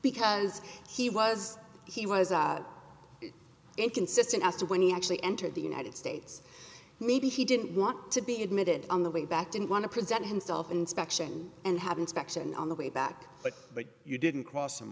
because he was he was inconsistent as to when he actually entered the united states maybe he didn't want to be admitted on the way back didn't want to present himself inspection and have inspection on the way back but you didn't cross him